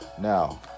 Now